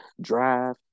drive